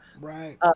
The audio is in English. Right